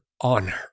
honor